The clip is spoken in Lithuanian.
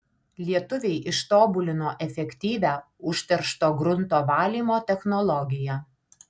lietuviai ištobulino efektyvią užteršto grunto valymo technologiją